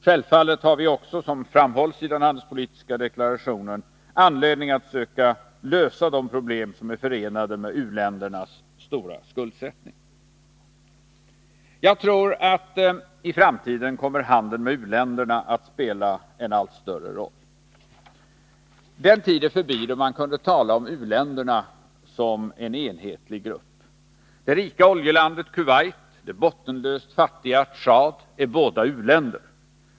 Självfallet har vi också, som framhålls i den handelspolitiska deklarationen, anledning att söka lösa de problem som är förenade med u-ländernas stora skuldsättning. I framtiden kommer, tror jag, handeln med u-länderna att spela en allt större roll. Den tid är förbi då man kunde tala om u-länderna som en enhetlig grupp. Det rika oljelandet Kuwait och det bottenlöst fattiga Tchad är båda u-länder.